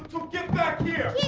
get back here!